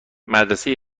مدرسه